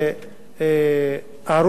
שערוץ-10 יתקיים.